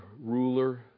ruler